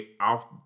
off